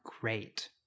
great